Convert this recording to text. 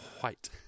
White